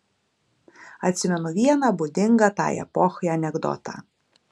atsimenu vieną būdingą tai epochai anekdotą